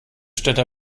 städte